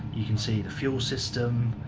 you can see the fuel system,